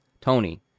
Tony